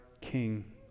King